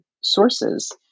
sources